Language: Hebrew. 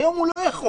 היום הוא לא יכול,